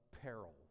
peril